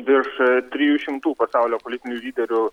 virš a trijų šimtų pasaulio politinių lyderių